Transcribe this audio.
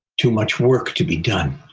too much work to be done.